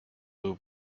will